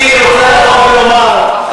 אני רוצה לבוא ולומר,